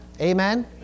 Amen